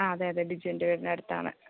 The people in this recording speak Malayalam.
ആ അതെ അതെ ബിജുവിൻ്റെ വീടിനടുത്താണ്